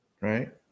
Right